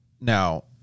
now